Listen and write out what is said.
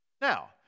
Now